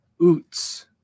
Utz